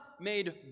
made